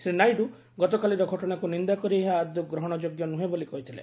ଶ୍ରୀ ନାଇଡ଼ୁ ଗତକାଲିର ଘଟଣାକୁ ନିନ୍ଦା କରି ଏହା ଆଦୌ ଗ୍ରହଣଯୋଗ୍ୟ ନୁହେଁ ବୋଲି କହିଥିଲେ